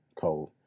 code